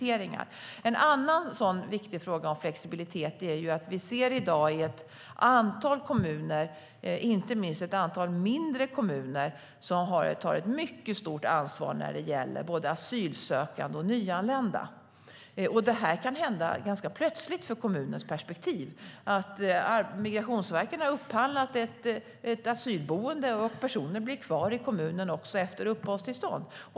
En annan viktig fråga när det gäller flexibilitet är att vi i dag ser ett antal kommuner, inte minst ett antal mindre kommuner, som tar ett mycket stort ansvar för både asylsökande och nyanlända. Det här kan hända ganska plötsligt, ur kommuners perspektiv. Migrationsverket upphandlar ett asylboende, och personer blir kvar i kommunen också efter att de har fått uppehållstillstånd.